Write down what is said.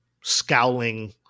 scowling